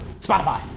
Spotify